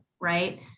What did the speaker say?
right